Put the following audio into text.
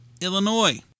Illinois